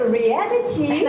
reality